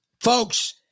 folks